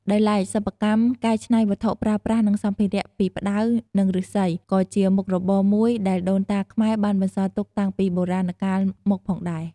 ដោយឡែកសិប្បកម្មកែឆ្នៃវត្ថុប្រើប្រាស់និងសម្ភារៈពីផ្តៅនិងឬស្សីក៏ជាមុខរបរមួយដែលដូនតាខ្មែរបានបន្សល់ទុកតាំងពីបុរាណកាលមកផងដែរ។